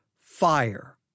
fire